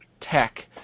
tech